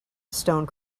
stone